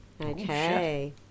okay